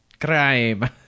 Crime